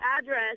address